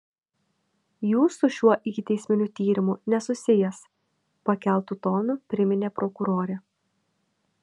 jūs su šiuo ikiteisminiu tyrimu nesusijęs pakeltu tonu priminė prokurorė